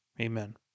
amen